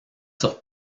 sur